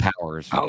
powers